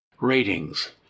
Ratings